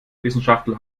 wissenschaftler